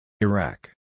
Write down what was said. Iraq